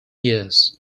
years